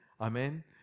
Amen